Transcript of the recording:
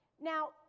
Now